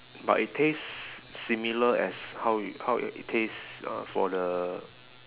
but it tastes similar as how you how i~ it taste uh for the